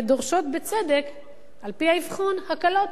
ודורשות בצדק מבית-הספר הקלות.